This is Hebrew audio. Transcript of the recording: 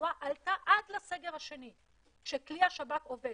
התחלואה עלתה על לסגר השני, כשכלי השב"כ עובד.